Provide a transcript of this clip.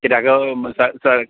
किद्याक